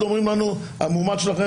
אומרים לנו: המועמד שלכם,